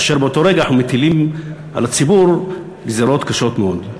כאשר באותו רגע אנחנו מטילים על הציבור גזירות קשות מאוד.